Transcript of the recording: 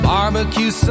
Barbecue